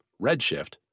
Redshift